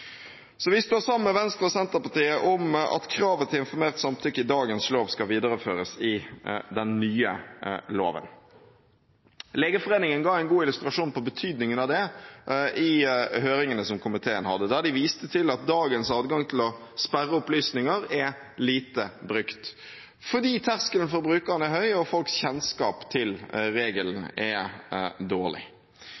Så vi står sammen med Venstre og Senterpartiet om at kravet til informert samtykke i dagens lov skal videreføres i den nye loven. Legeforeningen ga en god illustrasjon på betydningen av det i høringene som komiteen hadde, der de viste til at dagens adgang til å sperre opplysninger er lite brukt fordi terskelen for brukerne er høy og folks kjennskap til regelen